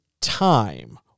time